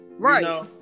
Right